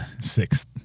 six